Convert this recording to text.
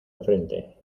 enfrente